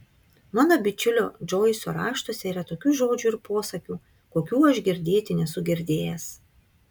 mano bičiulio džoiso raštuose yra tokių žodžių ir posakių kokių aš girdėti nesu girdėjęs